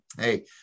Hey